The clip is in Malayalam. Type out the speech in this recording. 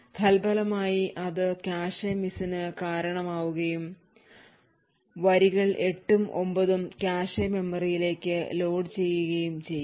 തൽഫലമായി അത് കാഷെ മിസ്സിന് കാരണമാവുകയും വരികൾ 8 ഉം 9 ഉം കാഷെ മെമ്മറിയിലേക്ക് ലോഡുചെയ്യുകയും ചെയ്യും